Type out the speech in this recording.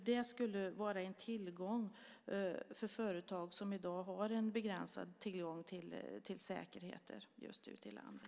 Det skulle vara en tillgång för företag som i dag har en begränsad tillgång till säkerheter ute i landet.